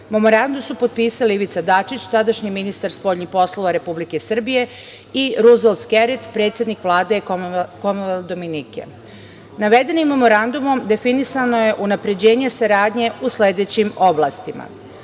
su potpisali Ivica Dačić, tadašnji ministar spoljnih poslova Republike Srbije i Ruzvelt Skerit, predsednik Vlade Komonvelta Dominike. Navedenim memorandumom definisano je unapređenje saradnje u sledećim oblastima: